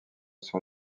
sur